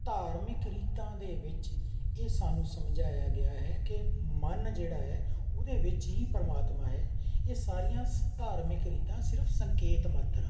ਧਾਰਮਿਕ ਰੀਤਾਂ ਦੇ ਵਿੱਚ ਇਹ ਸਾਨੂੰ ਸਮਝਾਇਆ ਗਿਆ ਹੈ ਕਿ ਮਨ ਜਿਹੜਾ ਹੈ ਉਹਦੇ ਵਿੱਚ ਹੀ ਪਰਮਾਤਮਾ ਹੈ ਇਹ ਸਾਰੀਆਂ ਸ ਧਾਰਮਿਕ ਰੀਤਾਂ ਸਿਰਫ ਸੰਕੇਤ ਮਾਤਰ ਹਨ